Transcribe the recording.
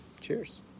cheers